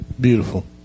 Beautiful